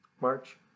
march